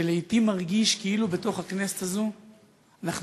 שלעתים מרגיש כאילו בתוך הכנסת הזו אנחנו